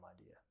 idea